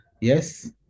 Yes